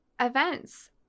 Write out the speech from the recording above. events